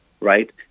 right